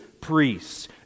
priests